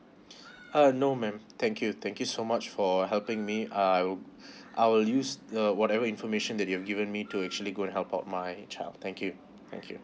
uh no ma'am thank you thank you so much for helping me uh I'll I'll use uh whatever information that you have given me to actually go and help out my child thank you thank you